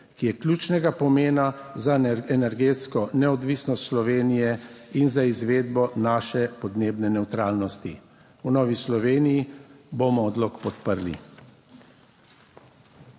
ki je ključnega pomena za energetsko neodvisnost Slovenije in za izvedbo naše podnebne nevtralnosti. V Novi Sloveniji bomo odlok podprli.